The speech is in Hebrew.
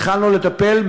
התחלנו לטפל,